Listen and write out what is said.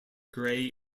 grey